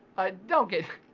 don't get,